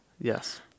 yes